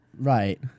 Right